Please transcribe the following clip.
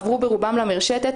עברו ברובם למרשתת,